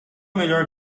melhor